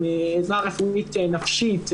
עזרה רפואית נפשית,